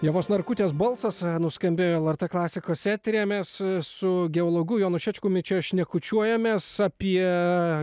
ievos narkutės balsas nuskambėjo lrt klasikos eteryje mes su geologu jonu šečkumi čia šnekučiuojamės apie